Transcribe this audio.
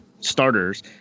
starters